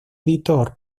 editor